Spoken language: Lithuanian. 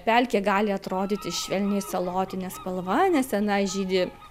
pelkė gali atrodyti švelniai salotine spalva nes tenai žydi